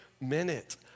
minute